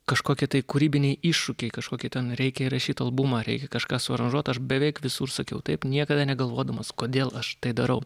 kažkokie tai kūrybiniai iššūkiai kažkokį ten reikia įrašyt albumą reikia kažką suaranžuot aš beveik visur sakiau taip niekada negalvodamas kodėl aš tai darau